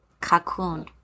cocoon